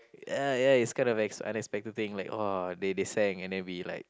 ya ya it's kind of like an unexpected thing like !whoa! they they sang and then we like